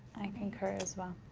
i concur as well.